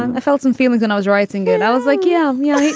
i felt some feeling when i was writing yeah and i was like, yeah. you know, yeah